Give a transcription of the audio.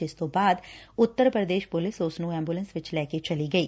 ਜਿਸ ਤੋਂ ਬਾਅਦ ਉੱਤਰ ਪ੍ਰਦੇਸ਼ ਪੁਲਿਸ ਉਸ ਨੂੰ ਐਬੁਲੈਸ ਵਿਚ ਲੈ ਕੇ ਚਲੀ ਗਈ